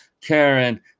Karen